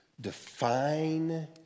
define